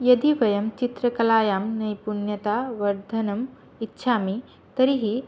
यदि वयं चित्रकलायां नैपुण्यतां वर्धनम् इच्छामि तर्हि